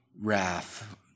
wrath